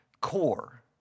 core